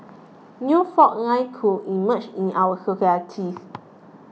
new fault line could emerge in our societies